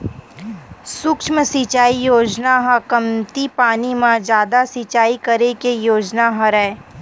सुक्ष्म सिचई योजना ह कमती पानी म जादा सिचई करे के योजना हरय